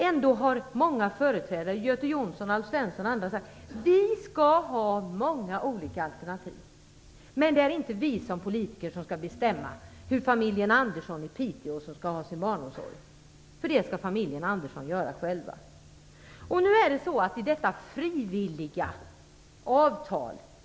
Ändock har många företrädare här, Göte Jonsson och Alf Svensson m.fl., sagt att vi skall ha många olika alternativ, men att det inte är vi politiker som skall bestämma hur familjen Andersson i Piteå skall ordna sin barnomsorg. Det skall familjen Andersson göra själv.